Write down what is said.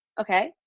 Okay